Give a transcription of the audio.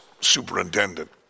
superintendent